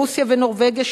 רוסיה ונורבגיה,